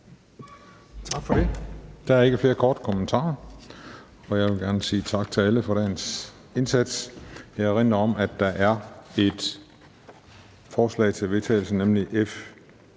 Tak for det. Der er ikke flere korte bemærkninger. Jeg vil gerne sige tak til alle for dagens indsats. Jeg erindrer om, at der er et forslag til vedtagelse, nemlig V